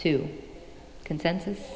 to consensus